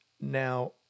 Now